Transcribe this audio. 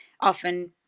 often